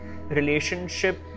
relationship